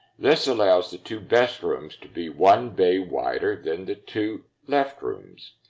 this allows the two best rooms to be one bay wider than the two left rooms.